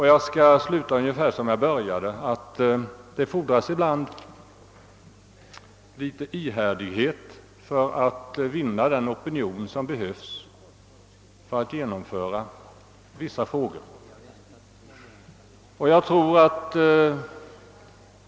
Men jag skall sluta ungefär som jag började och säga, att det fordras ibland en viss ihärdighet för att skapa den opinion som behövs när man skall lösa vissa frågor.